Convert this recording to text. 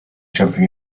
jumping